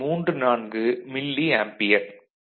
34 milli ampere